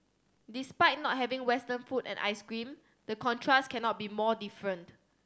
despite not having Western food and ice cream the contrast cannot be more different